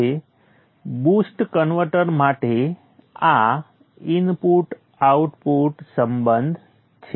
હવે boost converter માટે આ ઇનપુટ આઉટપુટ સંબંધ છે